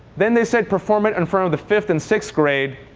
then they said perform it in front of the fifth and sixth grade.